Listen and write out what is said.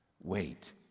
Wait